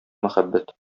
мәхәббәт